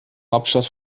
hauptstadt